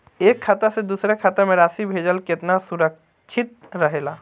एक खाता से दूसर खाता में राशि भेजल केतना सुरक्षित रहेला?